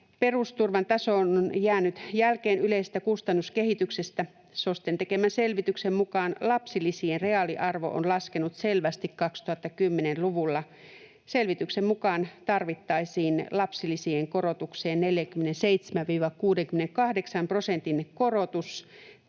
perusturvan taso on jäänyt jälkeen yleisestä kustannuskehityksestä. SOSTEn tekemän selvityksen mukaan lapsilisien reaaliarvo on laskenut selvästi 2010-luvulla. Selvityksen mukaan tarvittaisiin lapsilisiin 47—68 prosentin korotus